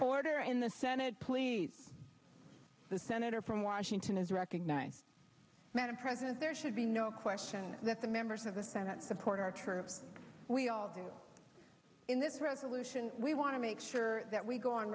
order in the senate please the senator from washington is recognized madam president there should be no question that the members of the senate support our troops we all in this resolution we want to make sure that we go on